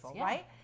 right